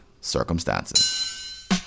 circumstances